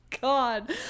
God